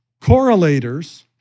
correlators